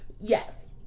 Yes